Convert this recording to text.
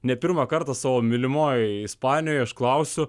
ne pirmą kartą savo mylimoje ispanijoje aš klausiu